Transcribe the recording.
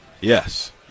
Yes